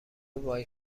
وای